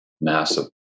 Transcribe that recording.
massive